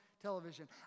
television